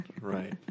right